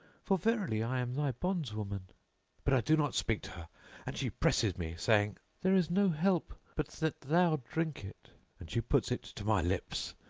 for verily i am thy bondswoman but i do not speak to her and she presses me, saying, there is no help but that thou drink it and she puts it to my lips.